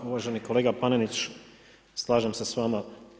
Uvaženi kolega Panenić, slažem se s vama.